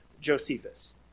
Josephus